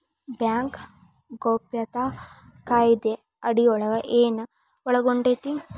Bank ಗೌಪ್ಯತಾ ಕಾಯಿದೆ ಅಡಿಯೊಳಗ ಏನು ಒಳಗೊಂಡೇತಿ?